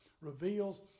reveals